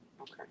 okay